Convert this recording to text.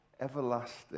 everlasting